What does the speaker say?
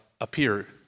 appear